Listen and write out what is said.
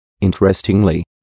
Interestingly